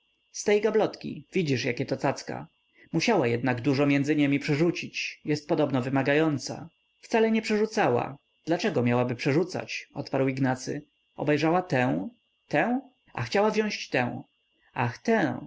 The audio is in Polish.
z tej gablotki widzisz jakieto cacka musiała jednak dużo między niemi przerzucić jest podobno wymagająca wcale nie przerzucała dlaczego miałaby przerzucać odparł ignacy obejrzała tę tę a chciała wziąść tę ach tę